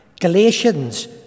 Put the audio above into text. Galatians